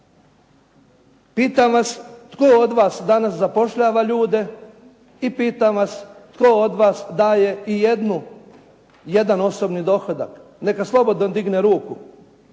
Pitam vas tko od vas danas zapošljava ljude? I pitam vas tko od vas daje i jednu, jedan osobni dohodak? Neka slobodno digne ruku.